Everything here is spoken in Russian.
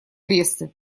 аресты